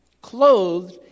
clothed